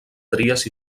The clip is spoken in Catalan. tries